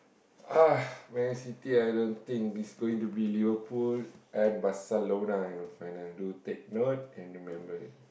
!ah! Man-City I don't think it's going to be Liverpool and Barcelona in final do take note and remember it